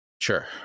Sure